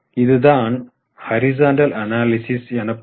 இதுதான் horizontal analysis எனப்படும்